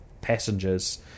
passengers